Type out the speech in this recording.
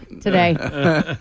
today